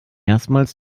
erstmals